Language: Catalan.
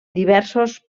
diversos